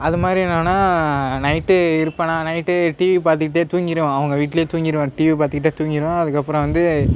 அதுமாதிரி என்னன்னா நைட்டு இருப்பேனா நைட்டு டிவி பார்த்துக்கிட்டே தூங்கிடுவேன் அவங்க வீட்லேயே தூங்கிடுவேன் டிவி பார்த்துக்கிட்டே தூங்கிடுவேன் அதுக்கப்புறம் வந்து